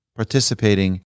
participating